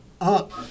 up